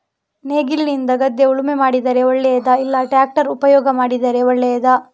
ನೇಗಿಲಿನಿಂದ ಗದ್ದೆ ಉಳುಮೆ ಮಾಡಿದರೆ ಒಳ್ಳೆಯದಾ ಇಲ್ಲ ಟ್ರ್ಯಾಕ್ಟರ್ ಉಪಯೋಗ ಮಾಡಿದರೆ ಒಳ್ಳೆಯದಾ?